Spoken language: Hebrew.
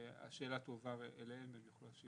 השאלה תועבר אליהם והם יוכלו להשיב.